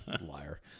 Liar